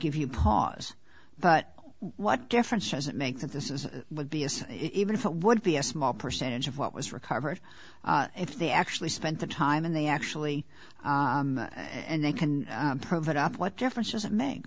give you pause but what difference does it make that this is would be as even if it would be a small percentage of what was recovered if they actually spent the time in the actually and they can prove it up what difference does it make